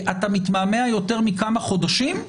אתה מתמהמה יותר מכמה חודשים,